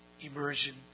Immersion